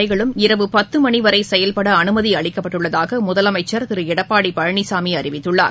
கடைகளும் இரவு மணிவரைசெயல்படஅனுமதிஅளிக்கப்பட்டுள்ளதாகமுதலமைச்சர் திருஎடப்பாடிபழனிசாமிஅறிவித்துள்ளார்